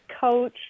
coach